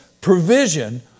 provision